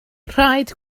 rhaid